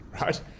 right